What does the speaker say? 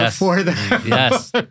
yes